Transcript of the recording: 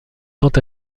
quant